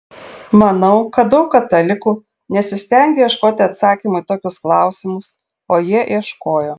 manau kad daug katalikų nesistengia ieškoti atsakymų į tokius klausimus o jie ieškojo